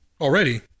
already